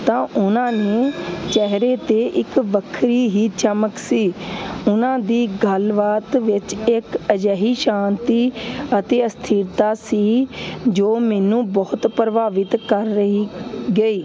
ਤਾਂ ਉਹਨਾਂ ਨੂੰ ਚਿਹਰੇ ਤੇ ਇੱਕ ਵੱਖਰੀ ਹੀ ਚਮਕ ਸੀ ਉਹਨਾਂ ਦੀ ਗੱਲਬਾਤ ਵਿੱਚ ਇੱਕ ਅਜਿਹੀ ਸ਼ਾਂਤੀ ਅਤੇ ਅਸਥਿਰਤਾ ਸੀ ਜੋ ਮੈਨੂੰ ਬਹੁਤ ਪ੍ਰਭਾਵਿਤ ਕਰ ਰਹੀ ਗਈ